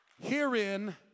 Herein